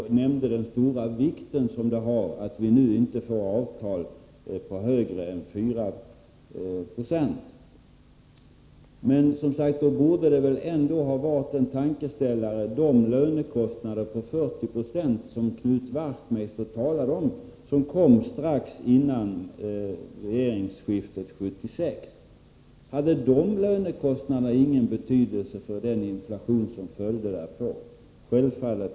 Hon nämnde också den stora vikt som det har att inga löneavtal som träffas höjer lönerna med mer än 4 96. Därför bör de av Knut Wachtmeister nämnda lönekostnadshöjningarna på 40 90, som kom strax före regeringsskiftet 1976, vara en tankeställare.